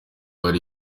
hari